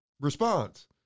response